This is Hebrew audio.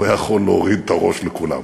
הוא היה יכול להוריד את הראש לכולם.